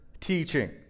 teaching